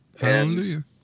Hallelujah